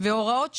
והוראות שעה,